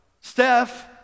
Steph